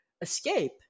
escape